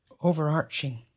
overarching